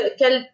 quel